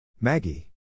Maggie